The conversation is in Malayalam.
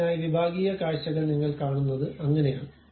അതിനായി വിഭാഗീയ കാഴ്ചകൾ നിങ്ങൾ കാണുന്നത് അങ്ങനെയാണ്